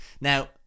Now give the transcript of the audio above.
Now